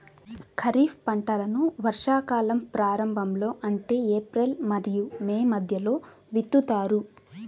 ఖరీఫ్ పంటలను వర్షాకాలం ప్రారంభంలో అంటే ఏప్రిల్ మరియు మే మధ్యలో విత్తుతారు